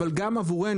אבל גם עבורנו,